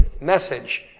message